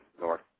north